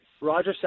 Roger